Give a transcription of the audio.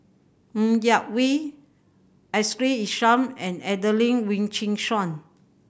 Ng Yak Whee Ashley Isham and Adelene Wee Chin Suan